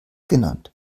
genannt